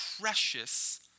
precious